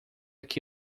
que